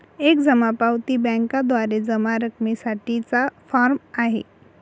एक जमा पावती बँकेद्वारे जमा रकमेसाठी चा फॉर्म आहे